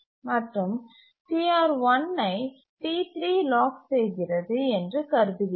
மற்றும் CR1 ஐ T3 lock செய்கிறது என்று கருதுகிறது